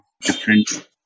different